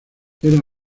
era